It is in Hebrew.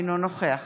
אינו נוכח